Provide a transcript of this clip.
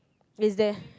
is there